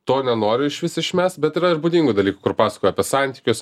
to nenoriu išvis išmest bet yra ir būdingų dalykų kur pasakoju apie santykius